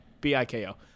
B-I-K-O